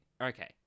Okay